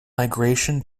migration